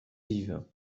vives